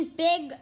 big